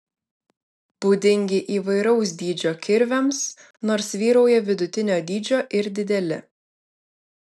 būdingi įvairaus dydžio kirviams nors vyrauja vidutinio dydžio ir dideli